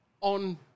on